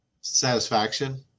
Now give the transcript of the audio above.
satisfaction